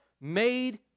made